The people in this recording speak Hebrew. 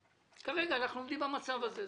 כרגע אנחנו עומדים במצב הזה.